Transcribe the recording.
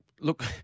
look